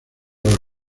los